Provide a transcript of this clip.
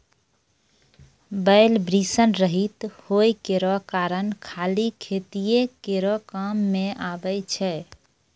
बैल वृषण रहित होय केरो कारण खाली खेतीये केरो काम मे आबै छै